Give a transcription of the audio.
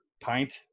pint